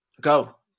go